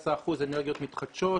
17 אחוזים אנרגיות מתחדשות,